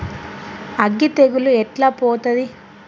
అగ్గి తెగులు ఎట్లా పోతది?